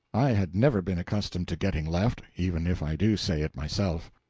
i had never been accustomed to getting left, even if i do say it myself.